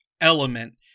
element